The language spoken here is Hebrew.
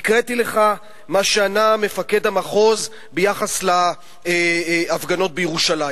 קראתי לך מה שענה מפקד המחוז ביחס להפגנות בירושלים.